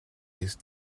ist